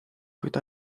kuid